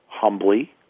Humbly